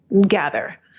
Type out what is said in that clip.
gather